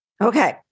Okay